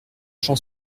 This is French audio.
j’en